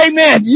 Amen